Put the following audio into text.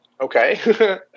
Okay